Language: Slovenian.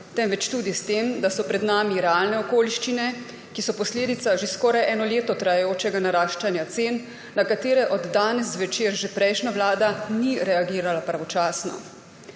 temveč tudi s tem, da so pred nami realne okoliščine, ki so posledica že skoraj eno leto trajajočega naraščanja cen, na katerega od danes zvečer že prejšnja vlada ni reagirala pravočasno.